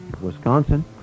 wisconsin